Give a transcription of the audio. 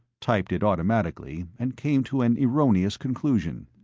typed it automatically, and came to an erroneous conclusion.